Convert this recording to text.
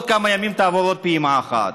עוד כמה ימים תעבור עוד פעימה אחת.